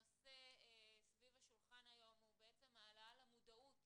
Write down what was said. הנושא סביב השולחן היום הוא בעצם העלאה למודעות